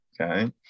okay